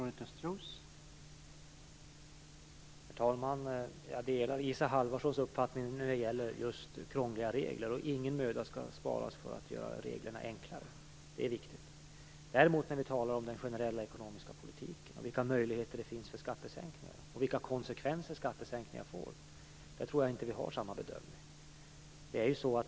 Herr talman! Jag delar Isa Halvarssons uppfattning när det gäller just krångliga regler, och ingen möda skall sparas för att göra reglerna enklare. Det är viktigt. Däremot när vi talar om den generella ekonomiska politiken, vilka möjligheter det finns för skattesänkningar och vilka konsekvenser skattesänkningar får tror jag inte att vi har samma bedömning.